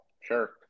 sure